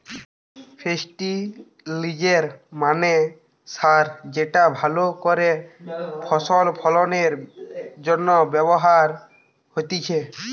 ফেস্টিলিজের মানে সার যেটা ভালো করে ফসল ফলনের জন্য ব্যবহার হতিছে